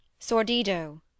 Sordido